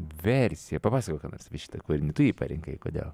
versija papasakok ką nors apie šitą kūrinį tu jį parinkai kodėl